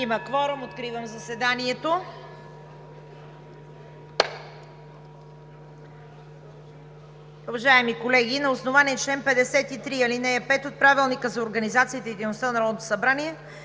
Има кворум. Откривам заседанието.